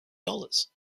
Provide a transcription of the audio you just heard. dollars